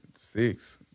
Six